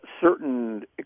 Certain